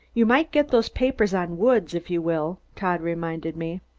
you might get those papers on woods, if you will, todd reminded me.